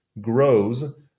grows